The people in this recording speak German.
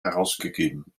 herausgegeben